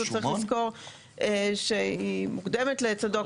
צריך לזכור שהיא מוקדמת לצדוק,